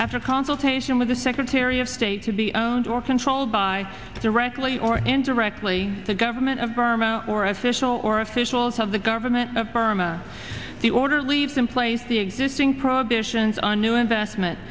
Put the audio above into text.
after consultation with the secretary of state to be owned or controlled by directly or indirectly the government of burma or official or officials of the government of burma the order leaves in place the existing prohibitions on new investment